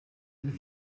have